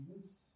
Jesus